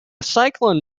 cyclone